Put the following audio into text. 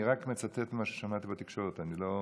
אני רק מצטט את מה ששמעתי בתקשורת, אני לא יודע.